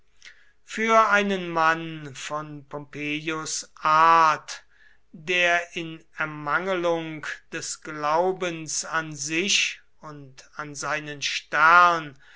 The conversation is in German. für einen mann von pompeius art der in ermangelung des glaubens an sich und an seinen stern